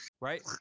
Right